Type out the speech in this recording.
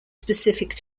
specific